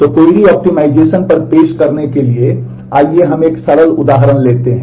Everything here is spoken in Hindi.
तो क्वेरी ऑप्टिमाइज़ेशन पर पेश करने के लिए आइए हम एक सरल उदाहरण लेते हैं